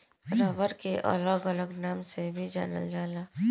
rubber के अलग अलग नाम से भी जानल जाला